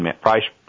price